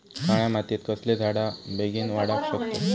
काळ्या मातयेत कसले झाडा बेगीन वाडाक शकतत?